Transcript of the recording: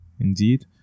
Indeed